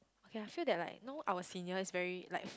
okay I feel that like you know our seniors very life